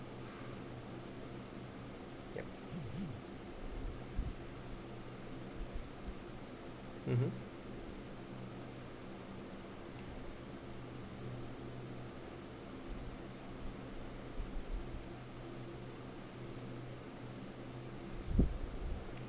mmhmm